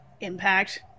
impact